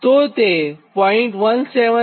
તો તે 0